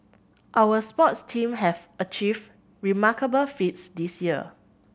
our sports teams have achieved remarkable feats this year